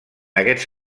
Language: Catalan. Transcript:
aquests